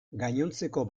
gainontzeko